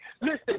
Listen